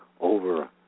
over